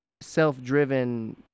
self-driven